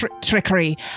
trickery